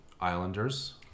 Islanders